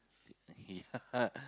yeah